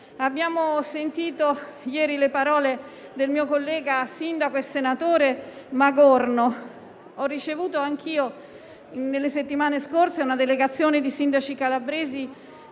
Abbiamo sentito ieri le parole del mio collega, sindaco e senatore, Magorno. Ho ricevuto anch'io, nelle settimane scorse, una delegazione di sindaci calabresi,